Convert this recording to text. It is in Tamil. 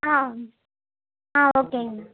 ஆ ஆ ஓகேங்கேண்ணா